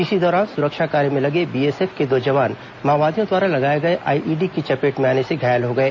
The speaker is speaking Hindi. इसी दौरान सुरक्षा कार्य में लगे बीएसएफ के दो जवान माओवादियों द्वारा लगाए गए आईईडी की चपेट में आने से घायल हो गए